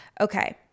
Okay